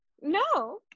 No